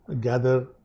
gather